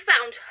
found